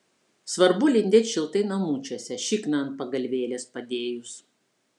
svarbu lindėt šiltai namučiuose šikną ant pagalvėlės padėjus